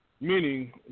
Meaning